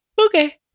Okay